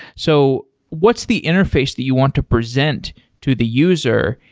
so what's the interface that you want to present to the user,